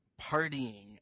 partying